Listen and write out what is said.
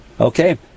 Okay